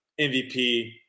MVP